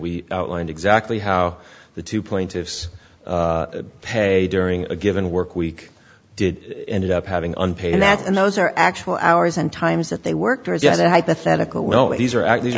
we outlined exactly how the two plaintiffs pay during a given work week did ended up having unpaid that and those are actual hours and times that they worked as a hypothetical well these are actors